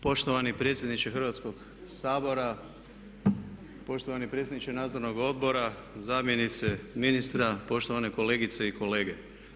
Poštovani predsjedniče Hrvatskog sabora, poštovani predsjedniče nadzornog odbora, zamjenice ministra, poštovane kolegice i kolege.